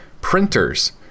printers